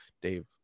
Dave